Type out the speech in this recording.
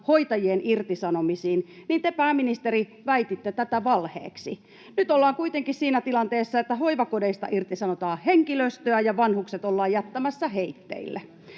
hoitajien irtisanomisiin, niin te, pääministeri, väititte tätä valheeksi. Nyt ollaan kuitenkin siinä tilanteessa, että hoivakodeista irtisanotaan henkilöstöä ja vanhukset ollaan jättämässä heitteille.